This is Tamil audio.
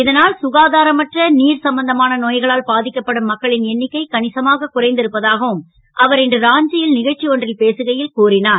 இதனால் சுகாதாரமற்ற நீர் சம்பந்தமான நோ களால் பா க்கப்படும் மக்களின் எண்ணிக்கை கணிசமாக குறைந்து இருப்பதாகவும் அவர் இன்று ராஞ்சி ல் க ச்சி ஒன்றில் பேசுகை ல் கூறினார்